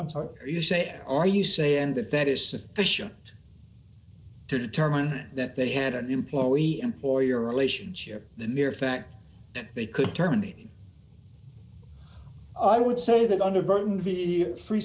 i'm sorry you say are you say in that that is sufficient to determine that they had an employee employer relationship the mere fact that they could terminate i would say that under burton v